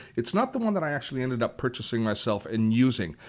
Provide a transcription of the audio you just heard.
it's not the one that i actually ended up purchasing myself and using.